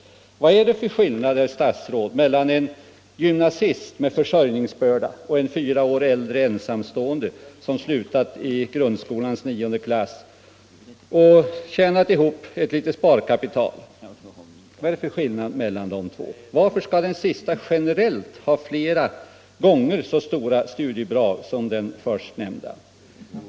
Vad är det för skillnader, herr statsråd, mellan en gymnasist med försörj 85 ningsbörda och en fyra år äldre ensamstående, som slutat i grundskolans nionde klass och tjänat ihop ett litet sparkapital? Vad är det för skillnad mellan de två? Varför skall den sistnämnde generellt ha flera gånger så stora studiebidrag som den förstnämnde?